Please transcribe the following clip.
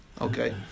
okay